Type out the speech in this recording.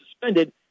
suspended